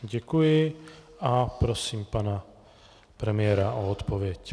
Děkuji a prosím pana premiéra o odpověď.